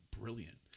brilliant